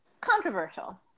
controversial